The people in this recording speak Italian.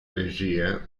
regia